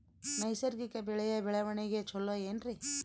ನೈಸರ್ಗಿಕ ಬೆಳೆಯ ಬೆಳವಣಿಗೆ ಚೊಲೊ ಏನ್ರಿ?